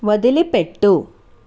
వదిలిపెట్టుము